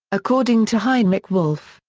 according to heinrich wolff,